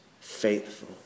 faithful